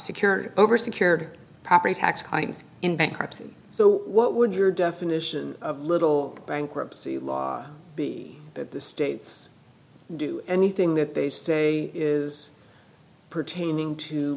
security over secured property tax crimes in bankruptcy so what would your definition of little bankruptcy law be that the states do anything that they say is pertaining to